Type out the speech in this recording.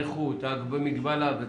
הנכות ומהגבלה,